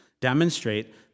demonstrate